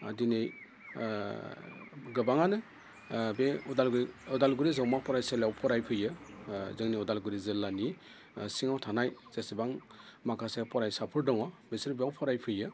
दिनै गोबाङानो बे अदालगुरि जौमा फरायसालियाव फरायफैयो जोंनि अदालगुरि जिल्लानि सिङाव थानाय जेसेबां माखासे फरायसाफोर दङ बिसोरो बेयाव फरायफैयो